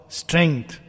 strength